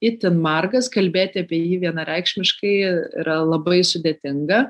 itin margas kalbėti apie jį vienareikšmiškai yra labai sudėtinga